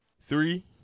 Three